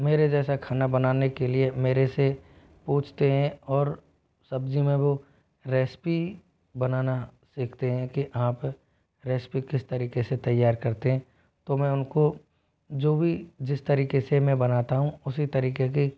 मेरे जैसा खाना बनाने के लिए मेरे से पूछते हैं और सब्जी में वो रेसपी बनाना सिखते हैं कि आप रेसपी किस तरीके से तैयार करते हैं तो मैं उनको जो भी जिस तरीके से मैं बनाता हूँ उसी तरीके के